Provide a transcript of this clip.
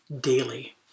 daily